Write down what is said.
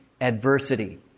adversity